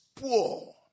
poor